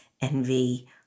envy